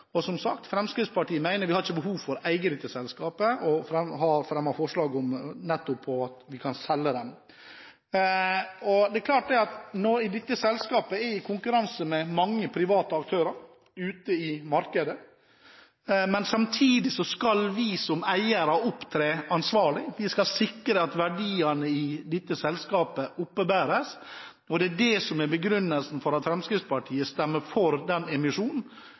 selskapet. Som sagt, Fremskrittspartiet mener at vi ikke har behov for å eie dette selskapet, og har fremmet forslag om at vi kan selge det. Det er klart at dette selskapet er i konkurranse med mange private aktører ute i markedet. Men samtidig skal vi som eiere opptre ansvarlig, vi skal sikre at verdiene i dette selskapet oppebæres. Det er det som er begrunnelsen for at Fremskrittspartiet stemmer for emisjonen, så sant de andre eierne også er med på emisjon for kjøp av Copeinca. På den